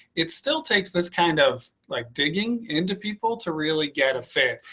it still takes this kind of like digging into people to really get a fan,